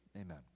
amen